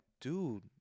dude